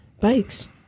bikes